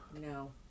No